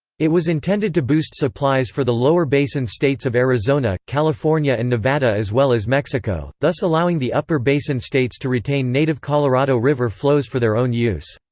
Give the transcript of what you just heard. it was intended to boost supplies for the lower basin states of arizona, california and nevada as well as mexico, thus allowing the upper basin states to retain native colorado river flows for their own use.